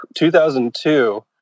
2002